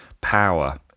power